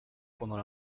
pendant